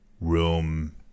room